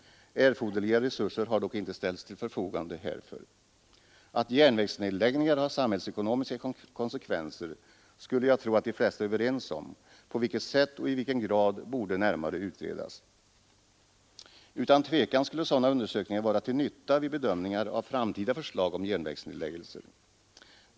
Erforderliga resurser har dock inte ställts till förfogande härför. Att järnvägsnedläggningar har samhällsekonomiska konsekvenser skulle jag tro att de flesta är överens om, men på vilket sätt och i vilken grad borde närmare utredas. Utan tvivel skulle sådana undersökningar vara till nytta vid bedömningar av framtida förslag om järnvägsnedläggelser.